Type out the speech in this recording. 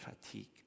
fatigue